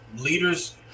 leaders